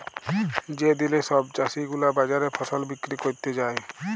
যে দিলে সব চাষী গুলা বাজারে ফসল বিক্রি ক্যরতে যায়